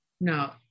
No